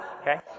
Okay